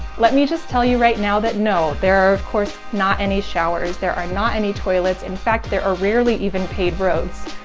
let me just tell you right now that, no, there are of course not any showers. there are not any toilets. in fact, there are rarely even paved roads.